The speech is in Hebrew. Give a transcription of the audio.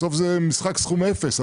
בסוף זה משחק סכום אפס.